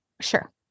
Sure